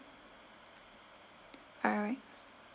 alright